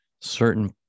certain